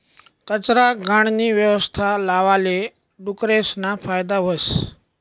कचरा, घाणनी यवस्था लावाले डुकरेसना फायदा व्हस